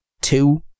two